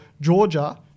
Georgia